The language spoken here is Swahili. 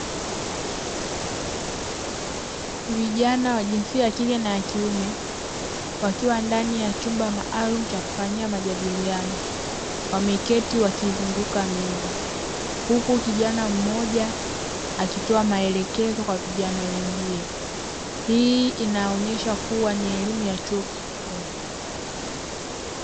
Vijana wa jinsia ya kike na wa kiume wakiwa ndani ya chumba maalumu cha kufanyia majadiliano wameketi wakizunguka meza huku kijana mmoja akitoa maelekezo kwa vijana wenzie, hii inaonyesha kuwa ni elimu ya chuo kikuu.